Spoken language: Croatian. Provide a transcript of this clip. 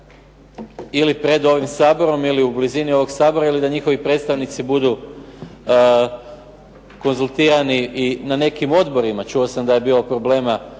ili pred ovim Saborom ili u blizini ovog Sabora, ili da njihovi predstavnici budu konzultirani. I na nekim odborima čuo sam da je bilo problema